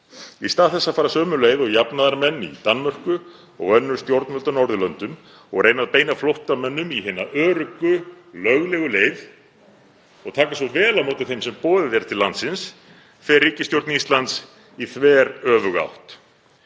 Í stað þess að fara sömu leið og jafnaðarmenn í Danmörku og önnur stjórnvöld á Norðurlöndum og reyna að beina flóttamönnum hina öruggu, löglegu leið og taka svo vel á móti þeim sem boðið er til landsins, fer ríkisstjórn Íslands í þveröfuga átt.